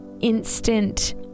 instant